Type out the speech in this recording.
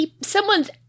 Someone's